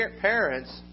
parents